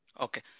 Okay